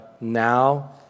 now